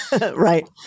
Right